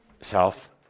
self